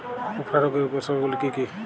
উফরা রোগের উপসর্গগুলি কি কি?